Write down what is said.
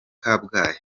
kabgayi